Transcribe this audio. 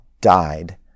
died